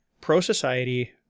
pro-society